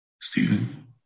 Stephen